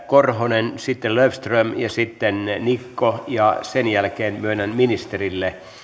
korhonen löfström ja sitten niikko ja sen jälkeen myönnän ministerille